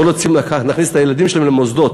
לא רוצים להכניס את הילדים שלהם למוסדות